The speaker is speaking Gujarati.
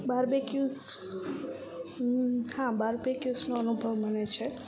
બાર્બીક્યુઝ હા બાર્બીક્યુઝનો અનુભવ મને છે